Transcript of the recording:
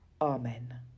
Amen